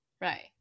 right